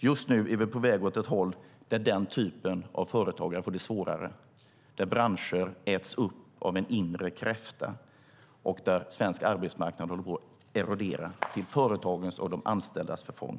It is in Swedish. Just nu är vi på väg åt ett håll där den typen av företagare får det svårare, där branscher äts upp av en inre kräfta och där svensk arbetsmarknad håller på att erodera, till företagens och de anställdas förfång.